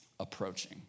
approaching